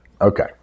Okay